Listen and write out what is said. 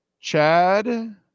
Chad